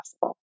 possible